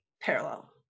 parallel